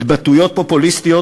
התבטאויות פופוליסטיות,